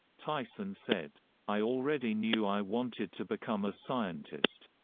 tyson said, i already knew i wanted to become a scientist.